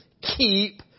keep